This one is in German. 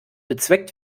bezweckt